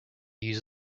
use